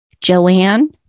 Joanne